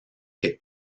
que